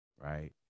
Right